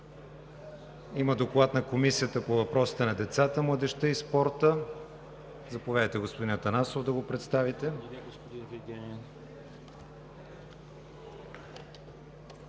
Има Доклад на Комисията по въпросите на децата, младежта и спорта. Заповядайте, господин Атанасов, да го представите.